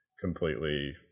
completely